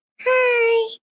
hi